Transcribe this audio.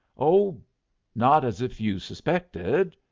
oh not as if you suspected.